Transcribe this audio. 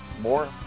More